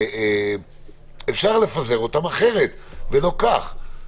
אפשר לפזר אותן אחרת ולא כך.